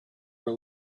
were